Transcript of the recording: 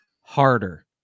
harder